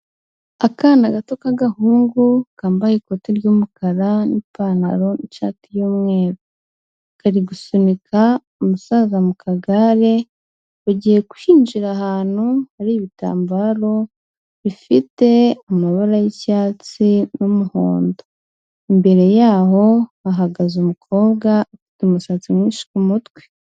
Akana gato k'agahungu, kambaye ikoti ry'umukara n'ipantaro n'ishati y'umweru, kari gusunika umusaza mu kagare, bagiye kwinjira ahantu hari ibitambaro bifite amabara y'icyatsi n'umuhondo, imbere y'aho hahagaze umukobwa ufite umusatsi mwinshi ku mutwe.